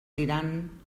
tirant